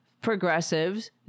progressives